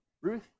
ruth